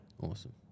Awesome